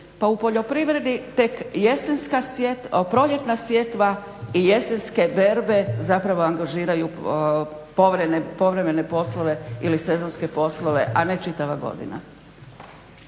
pa u poljoprivredi tek proljetna sjetva i jesenske berbe zapravo angažiraju povremene poslove ili sezonske poslove, a ne čitava godina.